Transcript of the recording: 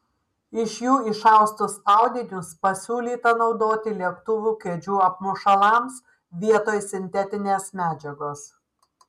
iš jų išaustus audinius pasiūlyta naudoti lėktuvų kėdžių apmušalams vietoj sintetinės medžiagos